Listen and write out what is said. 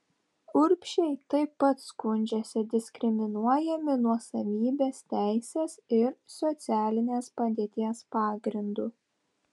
urbšiai taip pat skundžiasi diskriminuojami nuosavybės teisės ir socialinės padėties pagrindu